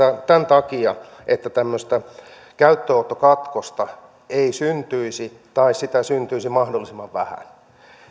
tämän takia että tämmöistä käyttöönottokatkosta ei syntyisi tai sitä syntyisi mahdollisimman vähän